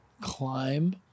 climb